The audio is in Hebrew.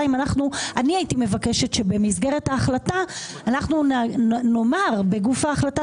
אני הייתי מבקשת שבמסגרת ההחלטה אנחנו נאמר בגוף ההחלטה